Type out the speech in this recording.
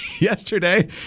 yesterday